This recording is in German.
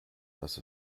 dass